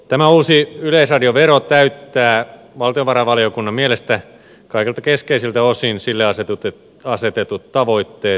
tämä uusi yleisradiovero täyttää valtiovarainvaliokunnan mielestä kaikilta keskeisiltä osin sille asetetut tavoitteet